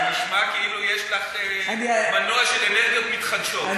זה נשמע כאילו יש לך מנוע של אנרגיות מתחדשות.